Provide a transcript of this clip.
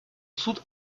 суд